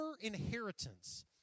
inheritance